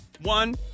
One